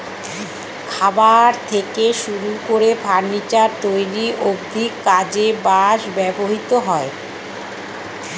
খাবার থেকে শুরু করে ফার্নিচার তৈরি অব্ধি কাজে বাঁশ ব্যবহৃত হয়